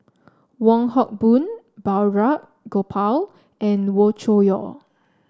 Wong Hock Boon Balraj Gopal and Wee Cho Yaw